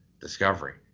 discovery